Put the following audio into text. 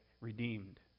redeemed